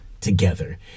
together